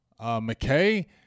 McKay